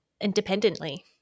independently